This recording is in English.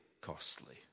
costly